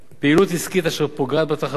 פעילות עסקית אשר פוגעת בתחרות,